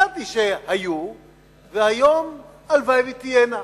מצאתי שהיו והיום, הלוואי שתהיינה.